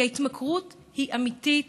כי ההתמכרות היא אמיתית,